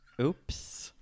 oops